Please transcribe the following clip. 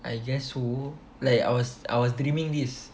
I guess so I was dreaming this